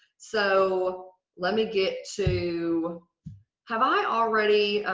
so let me get to have i already